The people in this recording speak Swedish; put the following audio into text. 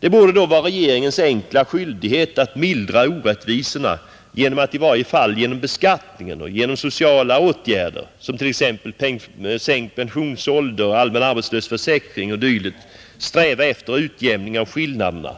Det borde dock vara regeringens enkla skyldighet att i varje fall mildra orättvisorna genom att via beskattning och sociala åtgärder — sänkt pensionsålder, allmän arbetslöshetsförsäkring och dylikt — sträva efter en utjämning av skillnaderna.